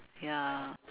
ya